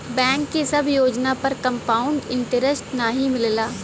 bank के सब योजना पर कंपाउड इन्टरेस्ट नाहीं मिलला